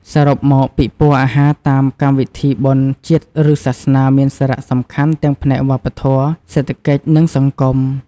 សរុបមក ពិព័រណ៍អាហារតាមកម្មវិធីបុណ្យជាតិឬសាសនាមានសារៈសំខាន់ទាំងផ្នែកវប្បធម៌ សេដ្ឋកិច្ច និងសង្គម។